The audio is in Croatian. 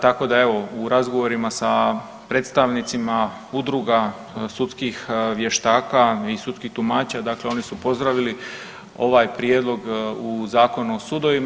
Tako da evo u razgovorima sa predstavnicima Udruga sudskih vještaka i sudskih tumača, dakle oni su pozdravili ovaj prijedlog u Zakonu o sudovima.